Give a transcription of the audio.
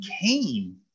Cain